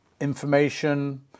information